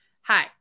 Hi